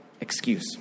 excuse